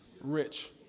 rich